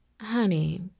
Honey